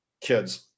kids